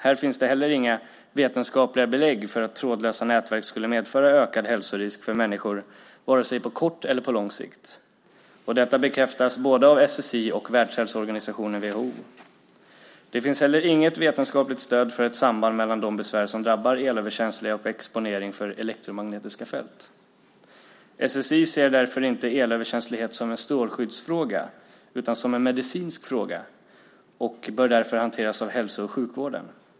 Här finns det heller inga vetenskapliga belägg för att trådlösa nätverk skulle medföra ökad hälsorisk för människor vare sig på kort eller på lång sikt. Detta bekräftas både av SSI och Världshälsoorganisationen, WHO. Det finns heller inget vetenskapligt stöd för ett samband mellan de besvär som drabbar elöverkänsliga och exponering för elektromagnetiska fält. SSI ser därför inte elöverkänslighet som en strålskyddsfråga utan som en medicinsk fråga som därför bör hanteras av hälso och sjukvården.